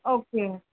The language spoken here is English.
okay